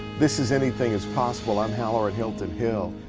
this is anything is possbible. i'm hallerin hilton hill.